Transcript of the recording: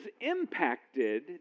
impacted